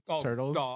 turtles